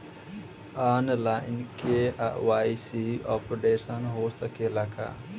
आन line KYC updation हो सकेला का?